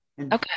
Okay